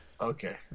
okay